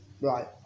Right